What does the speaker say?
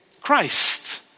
Christ